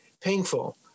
painful